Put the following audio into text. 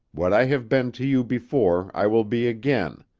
what i have been to you before i will be again,